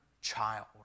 child